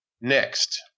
Next